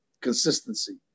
Consistency